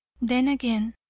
then again,